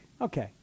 Okay